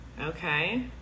Okay